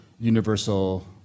universal